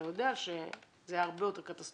אתה יודע שזה היה הרבה יותר קטסטרופלי.